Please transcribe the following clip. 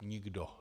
Nikdo.